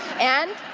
and,